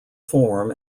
form